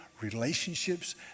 relationships